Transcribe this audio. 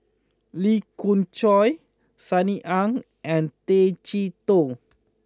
Lee Khoon Choy Sunny Ang and Tay Chee Toh